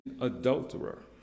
adulterer